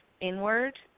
inward